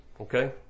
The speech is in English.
okay